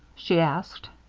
she asked.